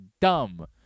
dumb